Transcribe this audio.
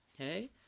Okay